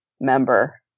member